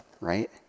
Right